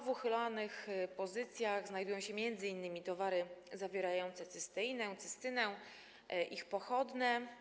W uchylanych pozycjach znajdują się m.in. towary zawierające cysteinę, cystynę i ich pochodne.